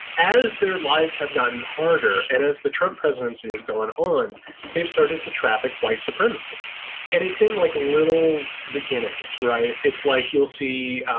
as their lives have gotten harder. and it's the trump presidency is going. when they've started to traffic white supremacy and it seemed like little beginnings, right? it's like you'll see.